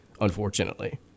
unfortunately